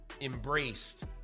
embraced